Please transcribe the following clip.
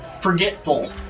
forgetful